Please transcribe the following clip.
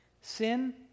Sin